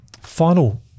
Final